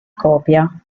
copia